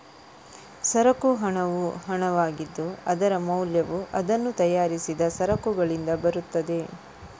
ಸರಕು ಹಣವು ಹಣವಾಗಿದ್ದು, ಅದರ ಮೌಲ್ಯವು ಅದನ್ನು ತಯಾರಿಸಿದ ಸರಕುಗಳಿಂದ ಬರುತ್ತದೆ